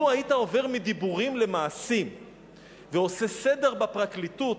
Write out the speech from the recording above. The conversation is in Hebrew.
לו היית עובר מדיבורים למעשים ועושה סדר בפרקליטות,